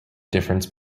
difference